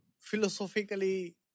philosophically